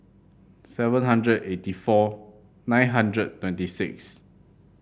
seven hundred eighty four nine hundred twenty six